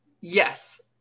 yes